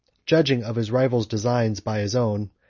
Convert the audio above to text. judging of his rival's designs by his own,